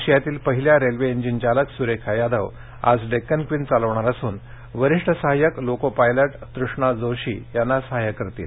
आशियातील पहिल्या railway engine चालक सरेखा यादव आज डेक्कन क्वीन चालवणार असून वरिष्ठ सहायक लोको पायलट तृष्णा जोशी त्यांना सहाय्य करतील